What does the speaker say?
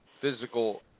physical